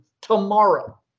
tomorrow